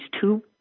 two